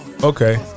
Okay